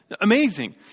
Amazing